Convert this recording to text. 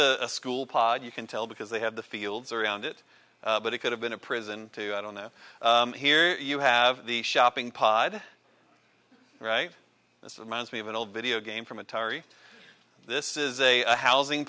is a school pod you can tell because they have the fields around it but it could have been a prison to i don't know here you have the shopping pod right this man's we have an old video game from atari this is a housing